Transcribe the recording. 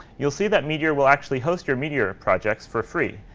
you'll see that meteor will actually host your meteor projects for free.